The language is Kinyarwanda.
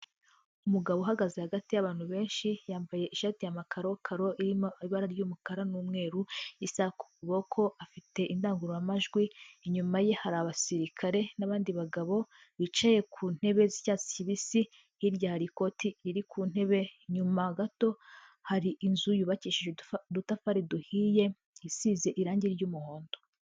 Umugabo uhagaze hagati y'abantu benshi yambaye ishati ya makarokaro irimo ibara ry'umukara n'umweru isa kuboko, afite indangururamajwi inyuma ye hari abasirikare n'abandi bagabo bicaye ku ntebe z'icyatsi kibisi, hirya hari ikoti riri ku ntebe, inyuma gato hari inzu yubakishije udutafari duhiye, isize irangi ry'umuhondo.